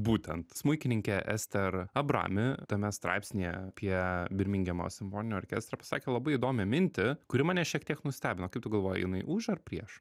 būtent smuikininkė ester abrami tame straipsnyje apie birmingemo simfoninį orkestrą pasakė labai įdomią mintį kuri mane šiek tiek nustebino kaip tu galvoji jinai už ar prieš